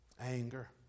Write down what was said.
Anger